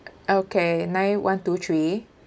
okay nine one two three